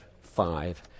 five